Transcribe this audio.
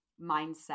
mindset